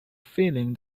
feeling